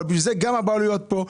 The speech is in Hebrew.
לכן גם הבעלויות כאן,